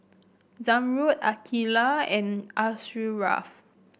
Zamrud Aqeelah and Asharaff